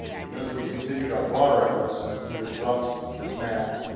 even as we continued our broader efforts to disrupt, dismantle,